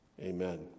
Amen